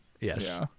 Yes